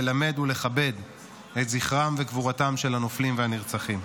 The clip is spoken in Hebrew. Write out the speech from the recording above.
ללמוד ולכבד את זכרם וגבורתם של הנופלים והנרצחים.